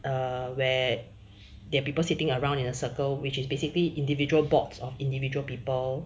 err where there are people sitting around in a circle which is basically individual box of individual people